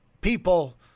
people